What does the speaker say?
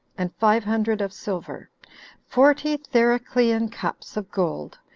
and five hundred of silver forty thericlean cups of gold,